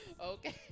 Okay